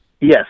Yes